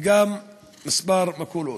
וגם כמה מכולות.